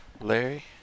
Larry